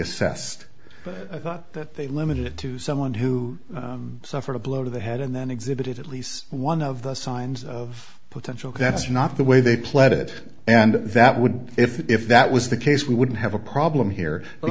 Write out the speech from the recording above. assessed but thought that they limited it to someone who suffered a blow to the head and then exhibited at least one of the signs of potential that's not the way they played it and that would if if that was the case we wouldn't have a problem here b